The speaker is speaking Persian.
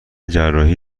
جراحی